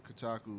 Kotaku